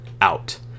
out